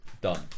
done